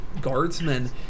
guardsmen